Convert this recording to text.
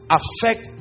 affect